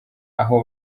aho